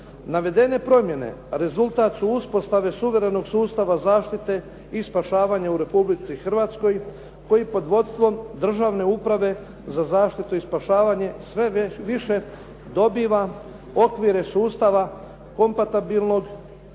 Navedene promjene rezultat su suverenog sustava zaištete i spašavanja u Republici Hrvatskoj koji pod vodstvom Državne uprave za zaštitu i spašavanje sve više dobiva okvire sustava kompatibilnog